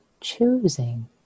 choosing